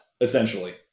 essentially